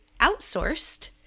outsourced